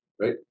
right